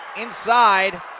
inside